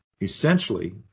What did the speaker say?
Essentially